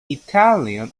italian